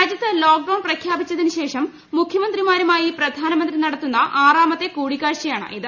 രാജ്യത്ത് ലോക്ഡൌൺ പ്രഖ്യാപിച്ചതിനു ശേഷം മുഖ്യമന്ത്രിമാരുമായി പ്രധാനമന്ത്രി നടത്തുന്ന ആറാമത്തെ കൂടികാഴ്ചയാണ് ഇത്